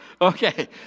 Okay